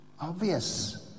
Obvious